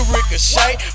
Ricochet